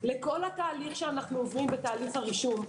לכל התהליך שאנחנו עוברים בתהליך הרישום,